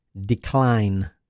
decline